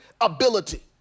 ability